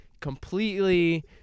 completely